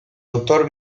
autor